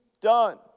done